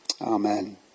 Amen